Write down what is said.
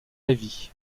lévy